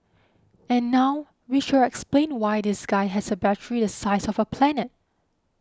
and now we shall explain why this guy has a battery the size of a planet